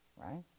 Right